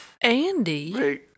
Andy